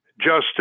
justice